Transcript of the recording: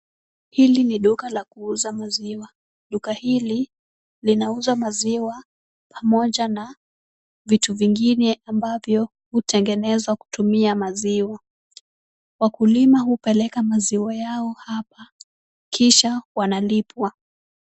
Hili ni duka la kuuza maziwa. Duka hili linauza maziwa pamoja na vitu vingine ambavyo hutengenezwa kutumia maziwa. Wakulima hupeleka maziwa yao hapa kisha wanalipwa.